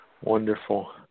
Wonderful